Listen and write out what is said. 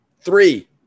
Three